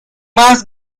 mas